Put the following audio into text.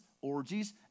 orgies